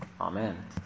Amen